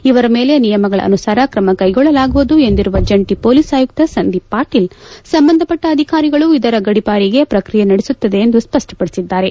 ಇವರ ಮೇಲೆ ನಿಯಮಗಳ ಅನುಸಾರ ಕ್ರಮ ಕೈಗೊಳ್ಳಲಾಗುವುದು ಎಂದಿರುವ ಜಂಟಿ ಮೊಲೀಸ್ ಆಯುಕ್ತ ಸಂದೀಪ್ ಪಾಟೀಲ್ ಸಂಬಂಧಪಟ್ಟ ಅಧಿಕಾರಿಗಳು ಇವರ ಗಡಿಪಾರಿಗೆ ಪ್ರಕ್ರಿಯೆ ನಡೆಸುತ್ತದೆ ಎಂದು ಸ್ಪಷ್ಟಪಡಿಸಿದ್ದಾರೆ